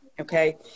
okay